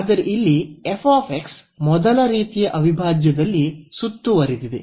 ಆದರೆ ಇಲ್ಲಿ ಮೊದಲ ರೀತಿಯ ಅವಿಭಾಜ್ಯದಲ್ಲಿ ಸುತ್ತುವರೆದಿದೆ